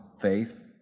faith